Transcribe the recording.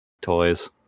toys